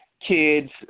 kids –